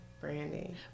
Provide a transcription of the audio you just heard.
Brandy